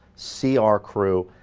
see our crew.